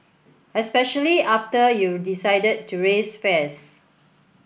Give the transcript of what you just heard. especially after you decided to raise fares